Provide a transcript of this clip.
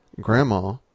Grandma